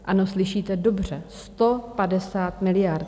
Ano, slyšíte dobře, 150 miliard.